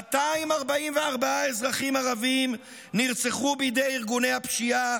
244 אזרחים ערבים נרצחו בידי ארגוני הפשיעה,